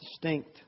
distinct